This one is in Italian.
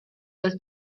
del